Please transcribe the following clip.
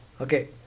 Okay